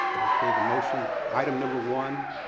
okay, the motion, item number one,